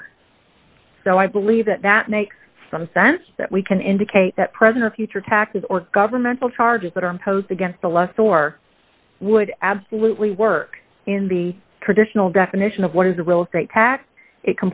for so i believe that that makes some sense that we can indicate that present future taxes or governmental charges that are imposed against the left or would absolutely work in the traditional definition of what is a real estate tax it